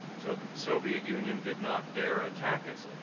so the soviet union did not dare attack us.